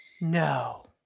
no